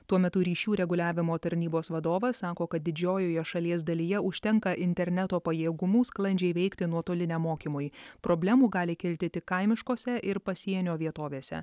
tuo metu ryšių reguliavimo tarnybos vadovas sako kad didžiojoje šalies dalyje užtenka interneto pajėgumų sklandžiai veikti nuotoliniam mokymui problemų gali kilti tik kaimiškose ir pasienio vietovėse